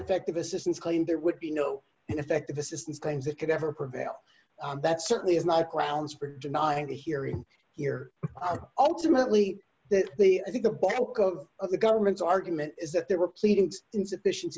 effective assistance claim there would be no ineffective assistance claims that could ever prevail that certainly is not grounds for denying the hearing here ultimately that i think the bulk of the government's argument is that there were pleadings insufficien